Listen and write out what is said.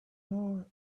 more